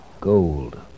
gold